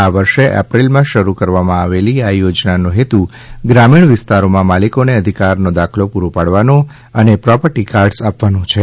આ વર્ષે એપ્રિલમાં શરૂ કરવામાં આવેલી આ યોજનાનો હેતુ ગ્રામીણ વિસ્તારોમાં માલિકોને અધિકારનો દાખલો પૂરો પાડવાનો અને પ્રોપર્ટી કાર્ડ્સ આપવાનો છે